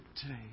today